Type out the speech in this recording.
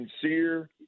sincere